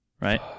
Right